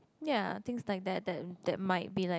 ya things like that that that might be like